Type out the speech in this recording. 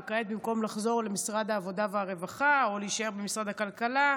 וכעת במקום לחזור למשרד העבודה והרווחה או להישאר במשרד הכלכלה,